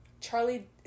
Charlie